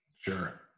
sure